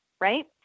right